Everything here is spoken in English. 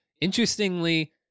Interestingly